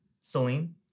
Celine